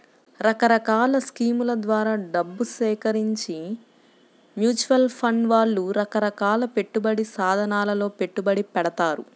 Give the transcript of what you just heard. రకరకాల స్కీముల ద్వారా డబ్బు సేకరించి మ్యూచువల్ ఫండ్ వాళ్ళు రకరకాల పెట్టుబడి సాధనాలలో పెట్టుబడి పెడతారు